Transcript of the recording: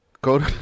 Go